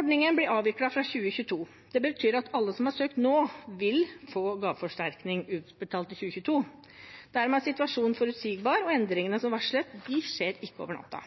Ordningen blir avviklet fra 2022. Det betyr at alle som har søkt nå, vil få gaveforsterkning utbetalt i 2022. Dermed er situasjonen forutsigbar, og endringene som er varslet,